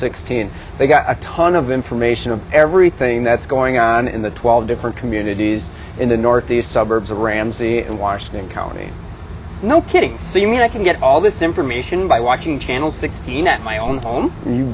sixteen they've got a ton of information of everything that's going on in the twelve different communities in the northeast suburbs of ramsey and washington county no kidding you mean i can get all this information by watching channel sixteen at my own home you